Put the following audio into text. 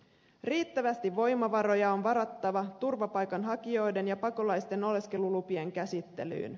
riittävästi voimavaroja on varattava turvapaikan hakijoiden ja pakolaisten oleskelulupien käsittelyyn